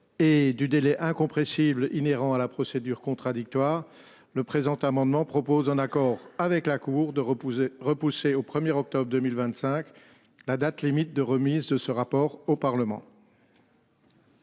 Et du délai incompressible inhérents à la procédure contradictoire le présent amendement propose un accord avec la Cour de repousser repoussé au premier octobre 2025. La date limite de remise de ce rapport au Parlement.